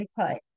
input